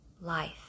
life